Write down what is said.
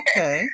Okay